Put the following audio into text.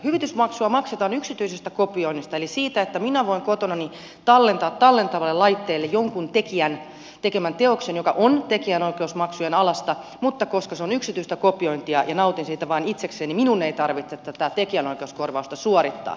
hyvitysmaksua maksetaan yksityisestä kopioinnista eli siitä että minä voin kotonani tallentaa tallentavalle laitteelle jonkun tekijän tekemän teoksen joka on tekijänoikeusmaksujen alaista mutta koska se on yksityistä kopiointia ja nautin siitä vain itsekseni minun ei tarvitse tätä tekijänoikeuskorvausta suorittaa